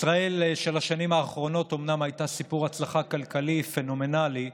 ישראל של השנים האחרונות אומנם הייתה סיפור הצלחה כלכלי פנומנלי,